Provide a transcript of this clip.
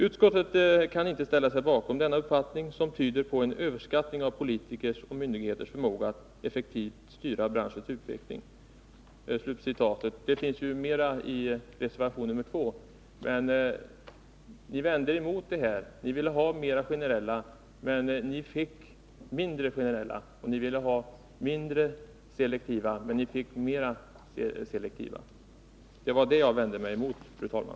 Utskottet kan inte ställa sig bakom denna uppfattning, som tyder på en överskattning av politikers och myndigheters förmåga att effektivt styra branschens utveckling.” Ni vände er emot detta. Ni ville ha mera av generellt stöd, men ni fick mindre. Ni ville ha mindre av selektiva åtgärder, men ni fick mera av de selektiva. Det är detta ert agerande jag vänder mig emot.